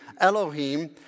Elohim